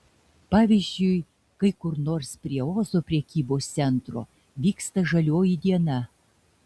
pavyzdžiui kai kur nors prie ozo prekybos centro vyksta žalioji diena